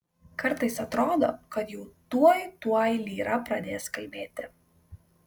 kartais atrodo kad jau tuoj tuoj lyra pradės kalbėti